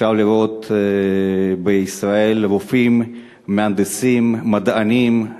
אפשר לראות בישראל רופאים, מהנדסים, מדענים,